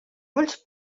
ulls